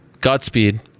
Godspeed